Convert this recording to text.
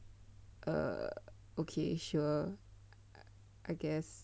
err ok sure I guess